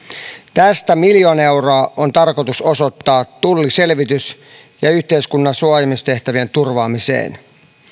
tästä miljoona euroa on tarkoitus osoittaa tulliselvitys ja yhteiskunnan suojaamistehtävien turvaamiseen